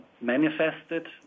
manifested